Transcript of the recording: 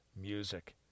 music